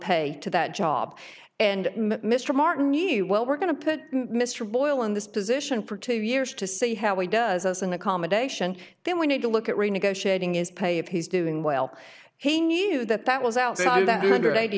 pay to that job and mr martin knew well we're going to put mr boyle in this position for two years to see how he does as an accommodation then we need to look at renegotiating is pay if he's doing well he knew that that was outside that you hundred eighty